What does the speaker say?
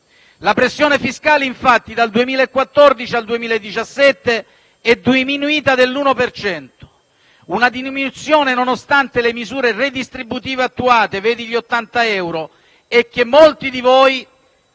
La pressione fiscale, infatti, dal 2014 al 2017 è diminuita dell'1 per cento, nonostante le misure redistributive attuate (vedi gli 80 euro) e che molti di voi